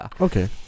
Okay